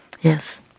Yes